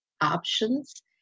options